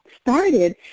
started